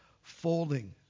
folding